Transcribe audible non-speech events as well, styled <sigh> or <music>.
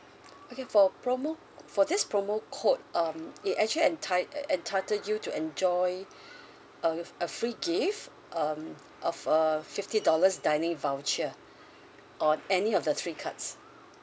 okay for promo for this promo code um it actually enti~ entitle you to enjoy <breath> uh with a free gift um of a fifty dollars dining voucher on any of the three cards